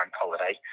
holiday